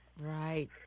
Right